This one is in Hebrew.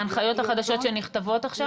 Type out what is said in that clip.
בהנחיות החדשות שנכתבות עכשיו?